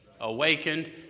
awakened